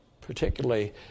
particularly